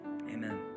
amen